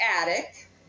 attic